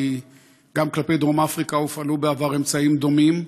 כי גם כלפי דרום-אפריקה הופעלו בעבר אמצעים דומים.